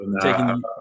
Taking